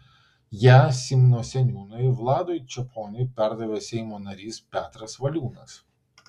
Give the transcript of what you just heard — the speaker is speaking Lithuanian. ją simno seniūnui vladui čeponiui perdavė seimo narys petras valiūnas